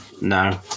No